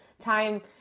time